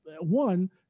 one